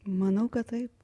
manau kad taip